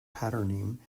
patterning